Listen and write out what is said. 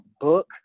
book